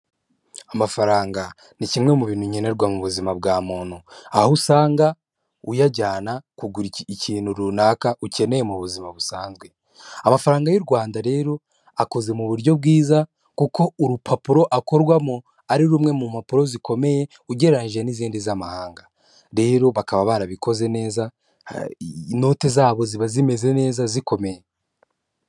Amafaranga ni kimwe mu bintu nkenerwa mu buzima bwa muntu, aho usanga uyajyana kugura ikintu runaka ukeneye mu buzima busanzwe amafaranga y'u Rwanda rero akoze mu buryo bwiza kuko urupapuro akorwamo, ari rumwe mu mpapuro zikomeye ugereranyije n'izindi z'Amahanga, rero bakaba barabikoze neza inoti zabo ziba zimeze neza zikomeye.